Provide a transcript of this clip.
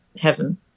heaven